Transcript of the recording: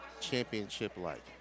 championship-like